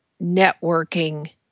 networking